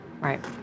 Right